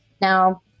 Now